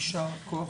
יישר כוח.